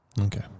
Okay